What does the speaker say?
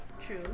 true